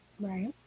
Right